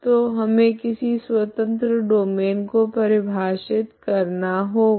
तो हमे किसी स्वतंत्र डोमैन को परिभाषित करना होगा